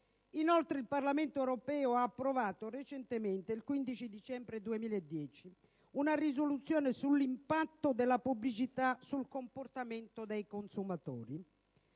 Inoltre, il Parlamento europeo ha approvato il 15 dicembre 2010 una risoluzione sull'impatto della pubblicità sul comportamento dei consumatori.